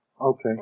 Okay